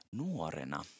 nuorena